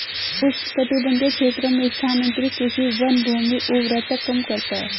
उष्णकटिबंधीय क्षेत्रों में स्थानांतरित कृषि वनभूमि उर्वरता कम करता है